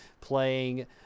playing